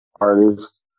artist